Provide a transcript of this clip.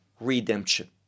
redemption